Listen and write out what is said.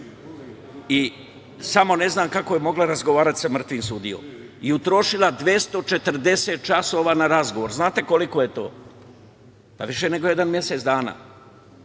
i, samo ne znam kako je mogla razgovarati sa mrtvim sudijom, i utrošila 240 časova na razgovor. Znate koliko je to? Pa više nego jedan mesec dana.